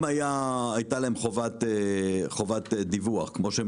אם הייתה להם חובת דיווח כמו שהם